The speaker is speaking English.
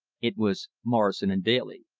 it was morrison and daly.